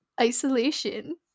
isolation